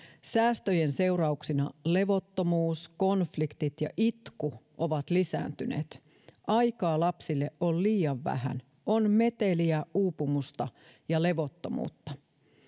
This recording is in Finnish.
säästöjen seurauksina levottomuus konfliktit ja itku ovat lisääntyneet aikaa lapsille on liian vähän on meteliä uupumusta ja levottomuutta